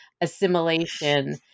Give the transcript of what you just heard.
assimilation